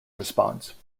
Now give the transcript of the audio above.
response